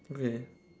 okay